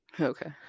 okay